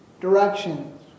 directions